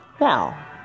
Now